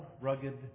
rugged